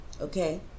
Okay